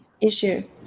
issue